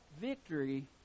victory